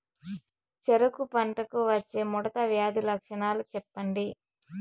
చెరుకు పంటకు వచ్చే ముడత వ్యాధి లక్షణాలు చెప్పండి?